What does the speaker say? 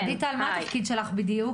להחזיק סיגריה תוך כדי הנהיגה ולעשן?